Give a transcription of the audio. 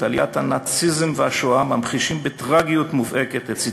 עליית הנאציזם והשואה ממחישות בטרגיות מובהקת את צדקתו.